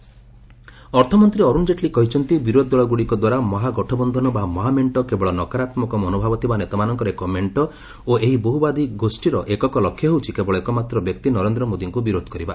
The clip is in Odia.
ଜେଟ୍ଲୀ ମହାଗଠବନ୍ଧନ ଅର୍ଥମନ୍ତ୍ରୀ ଅରୁଣ ଜେଟ୍ଲୀ କହିଛନ୍ତି ବିରୋଧୀଦଳ ଗୁଡ଼ିକ ଦ୍ୱାରା ମହାଗଠବନ୍ଧନ ବା ମହାମେଣ୍ଟ କେବଳ ନକାରାତ୍ମକ ମନୋଭାବ ଥିବା ନେତାମାନଙ୍କର ଏକ ମେଣ୍ଟ ଓ ଏହି ବୋହୁବାଦୀ ଗୋଷ୍ଠୀର ଏକକ ଲକ୍ଷ୍ୟ ହେଉଛି କେବଳ ଏକମାତ୍ର ବ୍ୟକ୍ତି ନରେନ୍ଦ୍ର ମୋଦିକୁ ବିରୋଧ କରିବା